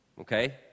okay